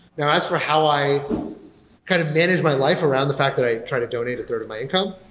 now as for how i kind of manage my life around the fact that i try to donate a third of my income,